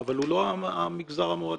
אבל הוא לא המגזר המועדף.